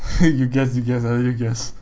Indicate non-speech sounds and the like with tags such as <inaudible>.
<laughs> you guess you guess I let you guess